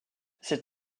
cet